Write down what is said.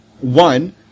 one